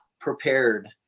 prepared